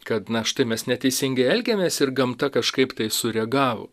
kad na štai mes neteisingai elgiamės ir gamta kažkaip tai sureagavo